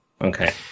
Okay